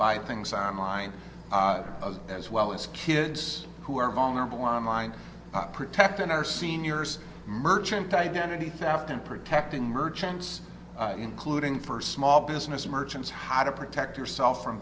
buy things on line of as well as kids who are vulnerable online protecting our seniors merchant identity theft and protecting merchants including for small business merchants how to protect yourself from